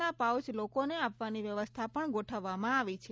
ના પાઉચ લોકોને આપવાની વ્યવસ્થા પણ ગોઠવવામાં આવી છે